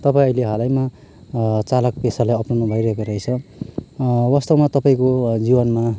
तपाईँअहिले हालैमा चालक पेसालाई अप्नाउनु भइरहेको रहेछ वास्तवमा तपाईँको जीवनमा